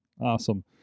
Awesome